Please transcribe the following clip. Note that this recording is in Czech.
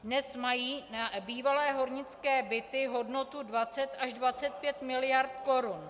Dnes mají bývalé hornické byty hodnotu 20 až 25 miliard korun.